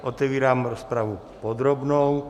Otevírám rozpravu podrobnou.